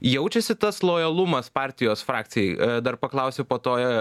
jaučiasi tas lojalumas partijos frakcijai dar paklausiu po to